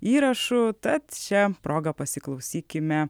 įrašų tad šia proga pasiklausykime